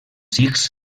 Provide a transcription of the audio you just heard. sikhs